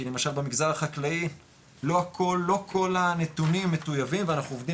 כי למשל במגזר החקלאי לא כל הנתונים מטוייבים ואנחנו עובדים